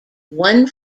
one